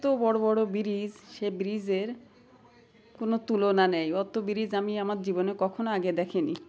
অত বড়ো বড়ো ব্রিজ সে ব্রিজের কোনো তুলনা নেই অত ব্রিজ আমি আমার জীবনে কখনও আগে দেখে নি